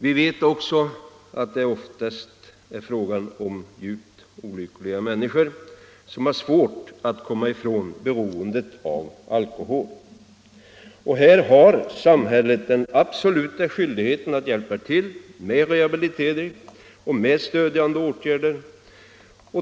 Vi vet också att det oftast är fråga om djupt olyckliga människor som har svårt att komma ifrån beroendet av alkohol. Här har samhället den absoluta skyldigheten att hjälpa till med rehabilitering och med stödjande åtgärder.